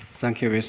thank you.